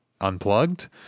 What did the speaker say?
unplugged